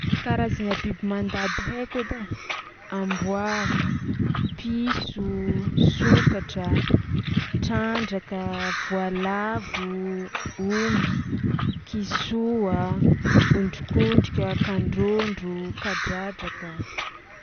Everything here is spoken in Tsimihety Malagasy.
Karazagna biby mandady haiko edy ai: amboa, piso, sokatra, trandraka, voalavo, omby, kisoa, ondrikondrika, kandrôndro, kadradraka.